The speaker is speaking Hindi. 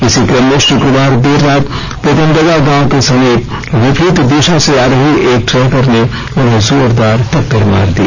इसी क्रम में शुक्रवार देर रात पोटमदगा गांव के समीप विपरीत दिशा से आ रही एक ट्रेकर ने उन्हें जोरदार टक्कर मार दी